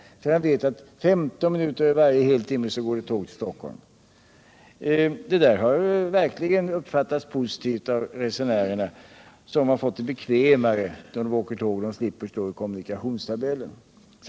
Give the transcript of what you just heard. Han vet att 15 minuter över varje hel timme går det ett tåg till Stockholm. Detta har verkligen uppfattats positivt av resenärerna, som fått det bekvämare när de åker tåg. De slipper slå i kommunikationstabellen.